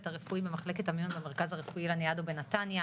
הרפואי במחלקת המיון במרכז הרפואי לניאדו בנתניה,